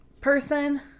person